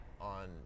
on